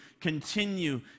continue